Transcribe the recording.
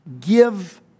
give